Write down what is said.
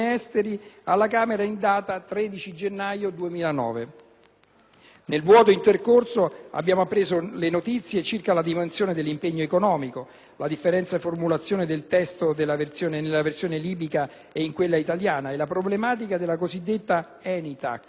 della Camera in data 13 gennaio 2009. Nel vuoto intercorso abbiamo appreso le notizie circa la dimensione dell'impegno economico, la differente formulazione del testo nella versione libica ed in quella italiana, e la problematica della cosiddetta ENI-*tax*